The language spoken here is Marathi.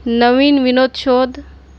नवीन विनोद शोध